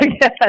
yes